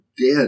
dead